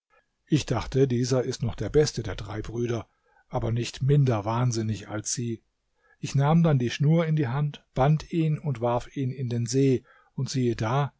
ich dachte dieser ist noch der beste der drei brüder aber nicht minder wahnsinnig als sie ich nahm dann die schnur in die hand band ihn und warf ihn in den see und siehe da